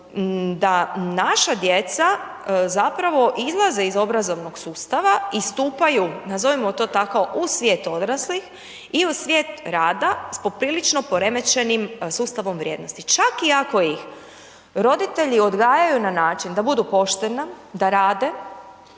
da naša djeca, da zapravo izlaze iz obrazovnog sustava, istupaju, nazovimo to tako, u svijet odraslih i u svijet rada s popriličnom poremećenim sustavom vrijednosti, čak i ako ih roditelji odgajaju na način, da budu poštena, da rade,